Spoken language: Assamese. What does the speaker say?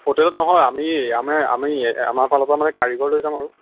হোটেলত নহয় আমি আমাৰ ফালৰ পৰা মানে কাৰিকৰ লৈ যাম আৰু